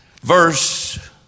Verse